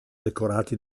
decorati